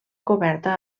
coberta